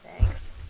Thanks